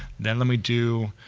then let me do,